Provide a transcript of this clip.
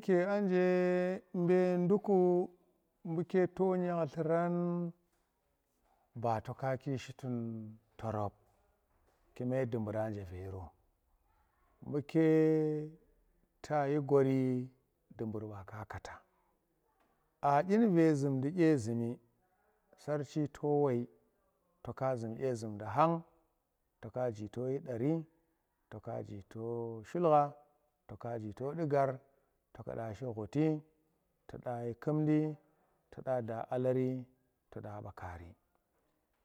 Dyinuke anje be ndukku buke to dyanliran ba to kakeshi tunu torop kume dubura nje vero buke ta shi gori dubur nje vero buke ta shi gori dubur ba ka kata a dyin ve zunde dye zummi sarchi to woi toka zum dyezumdi khan to ka ji to shi daari toka ji to shulkha to ka ji to du far to kada shi khuti to da shi kumndi to da shi alari to da ba kaari